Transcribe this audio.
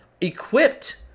equipped